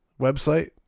website